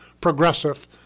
progressive